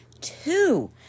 two